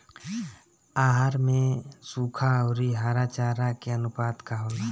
आहार में सुखा औरी हरा चारा के आनुपात का होला?